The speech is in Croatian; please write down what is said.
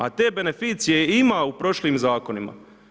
A te beneficije je imao u prošlim zakonima.